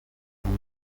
بود